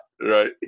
right